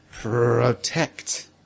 protect